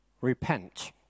Repent